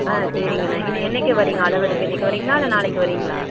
ஆ சரிங்கண்ண இன்னும் என்றைக்கு வர்றீங்க அளவு எடுக்க இன்னைக்கி வர்றீங்களா இல்லை நாளைக்கு வர்றீங்களா